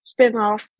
Spinoff